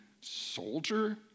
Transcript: soldier